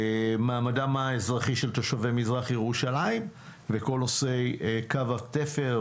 מעמדם האזרחי של תושבי מזרח ירושלים וכל נושא קו התפר,